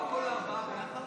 הארבע ביחד?